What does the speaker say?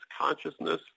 consciousness